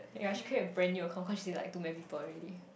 ya she create a brand new account cause she like too many people already